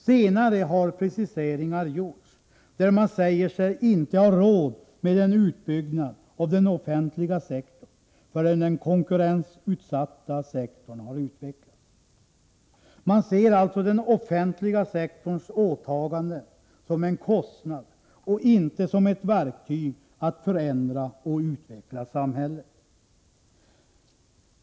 Senare har preciseringar gjorts, där man säger sig inte ha råd med en utbyggnad av den offentliga sektorn förrän den ”konkurrensutsatta” sektorn har utvecklats. Man ser alltså den offentliga sektorns åtaganden som en kostnad och inte som ett verktyg att förändra och utveckla samhället.